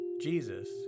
Jesus